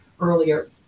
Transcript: earlier